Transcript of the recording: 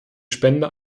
spender